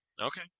Okay